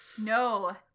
No